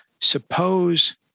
suppose